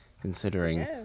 Considering